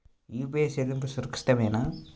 UPI చెల్లింపు సురక్షితమేనా?